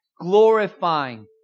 glorifying